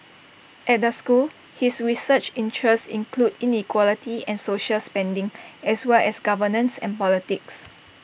at the school his research interests include inequality and social spending as well as governance and politics